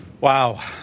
Wow